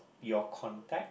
your contact